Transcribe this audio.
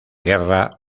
guerra